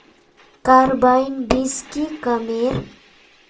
Carbine बीस की कमेर?